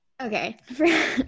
Okay